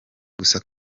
gusa